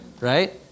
Right